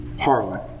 Harlan